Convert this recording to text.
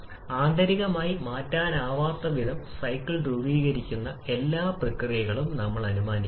അതിനാൽ പ്രായോഗികമായി എഞ്ചിനുകൾ മെലിഞ്ഞ മിശ്രിതങ്ങൾ നിങ്ങൾക്ക് മികച്ച പ്രകടനം നൽകുന്നു